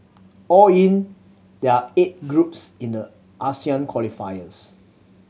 all in there are eight groups in the Asian qualifiers